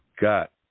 got